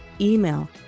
Email